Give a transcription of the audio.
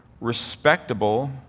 respectable